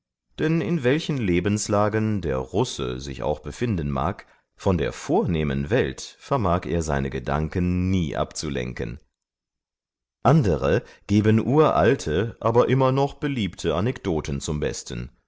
denn in welchen lebenslagen der russe sich auch befinden mag von der vornehmen welt vermag er seine gedanken nie abzulenken andere geben uralte aber immer noch beliebte anekdoten zum besten